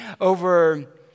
over